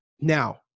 Now